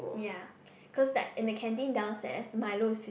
yea cause like in the canteen downstairs Milo is fif~